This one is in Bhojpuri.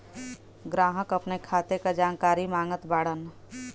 ग्राहक अपने खाते का जानकारी मागत बाणन?